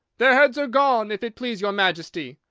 their heads are gone, if it please your majesty!